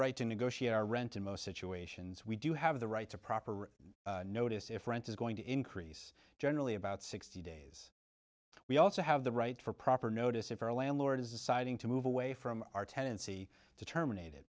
right to negotiate our rent in most situations we do have the right to proper notice if rent is going to increase generally about sixty days we also have the right for proper notice if our landlord is deciding to move away from our tendency to terminate